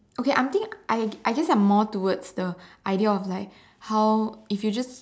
okay I think I I guess I'm more towards the idea of like how if you just